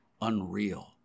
unreal